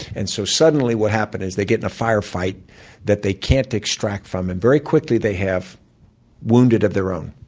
and so suddenly what happened is they get in a firefight that they can't extract from. and very quickly, they have wounded of their own.